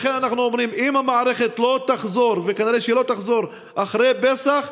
לכן אנחנו אומרים שאם המערכת לא תחזור אחרי פסח,